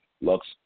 Lux